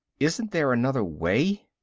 isn't there another way?